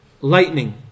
lightning